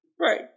Right